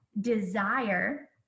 desire